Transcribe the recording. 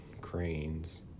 cranes